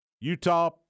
Utah